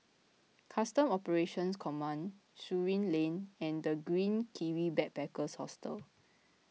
Customs Operations Command Surin Lane and the Green Kiwi Backpackers Hostel